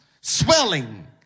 Swelling